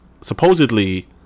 supposedly